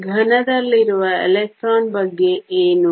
ಘನದಲ್ಲಿರುವ electron ಬಗ್ಗೆ ಏನು